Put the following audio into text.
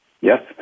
Yes